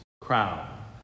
crown